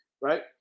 Right